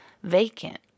vacant